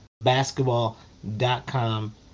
basketball.com